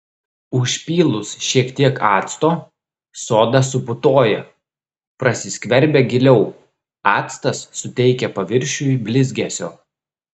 užpylus šiek tiek acto soda suputoja prasiskverbia giliau actas suteikia paviršiui blizgesio